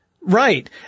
Right